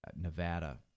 Nevada